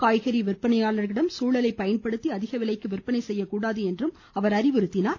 காய்கறி விற்பனையாளர்களிடம் சூழலை பயன்படுத்தி அதிக விலைக்கு விற்பனை செய்யக்கூடாது என்றும் அவர் அறிவுறுத்தினார்